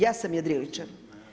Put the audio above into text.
Ja sam jedriličar.